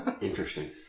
Interesting